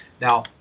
Now